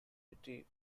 retreat